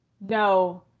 No